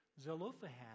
Zelophehad